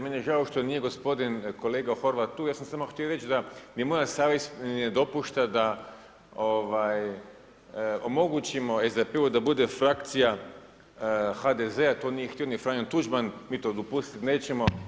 Meni je žao što nije gospodin kolega Horvat tu, ja sam samo htio reći da mi moja savjest ne dopušta da omogućimo SDP-u da bude frakcija HDZ-a, to nije htio ni Franjo Tuđman, mi to dopustiti nećemo.